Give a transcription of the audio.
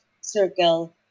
circle